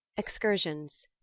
excursions.